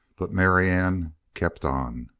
but marianne kept on.